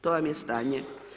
To vam je stanje.